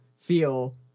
feel